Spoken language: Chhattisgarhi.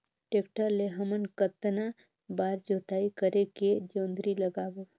टेक्टर ले हमन कतना बार जोताई करेके जोंदरी लगाबो?